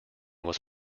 was